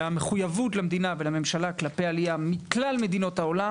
והמחויבות למדינה ולממשלה כלפי העלייה מכלל מדינות העולם